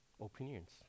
opinions